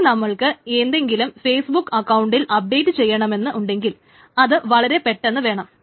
ഇനി നമ്മൾക്ക് എന്തെങ്കിലും ഫേസ്ബുക്ക് അക്കൌണ്ടിൽ അപ്ഡേറ്റ് ചെയ്യണമെന്ന് ഉണ്ടെങ്കിൽ അത് വളരെ പെട്ടെന്ന് വേണം